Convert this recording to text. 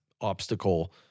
obstacle